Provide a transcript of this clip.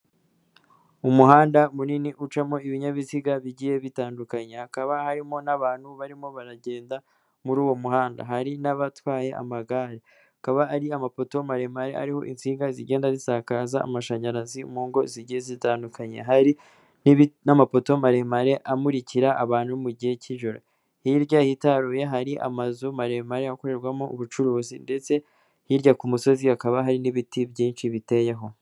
Umuhanda munini ucamo ibinyabiziga bigiye bitandukanye, hakaba harimo n'abantu barimo baragenda muri uwo muhanda, hari n'abatwaye amagare, hakaba hari amapoto maremare ariho insinga zigenda zisakaza amashanyarazi mu ngo zigiye zitandukanye, hari n'amapoto maremare amurikira abantu mu gihe cy'ijoro, hirya hitaruye hari amazu maremare akorerwamo ubucuruzi, ndetse hirya ku musozi hakaba hari n'ibiti byinshi biteyeho.